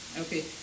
okay